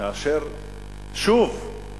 כאשר שוב,